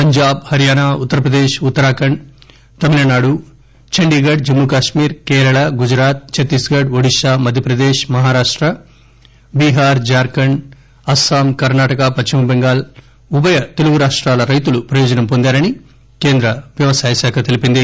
Punjab Haryana Uttar Pradesh Uttarakhand Tamil Nadu Chandigarh Jammu Kashmir Kerala Gujarat Chhattisgarh ఒడిక్ళా మధ్యప్రదేశ్ మహారాష్ర బీహార్ జార్ఖండ్ అస్సాం కర్ణాటక పశ్చిమటెంగాల్ ఉభయ తెలుగు రాష్టాల రైతులు ప్రయోజనం పొందారని కేంద్ర వ్యవసాయ శాఖ తెలిపింది